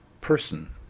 person